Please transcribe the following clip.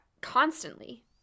constantly